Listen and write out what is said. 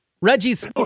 Reggie's